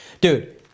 Dude